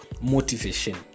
motivation